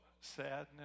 sadness